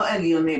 לא הגיוני,